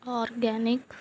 organic